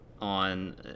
on